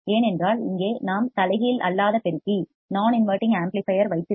ஏனென்றால் இங்கே நாம் தலைகீழ் அல்லாத பெருக்கி நான் இன்வடிங் ஆம்ப்ளிபையர் வைத்திருக்கிறோம்